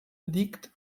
liegt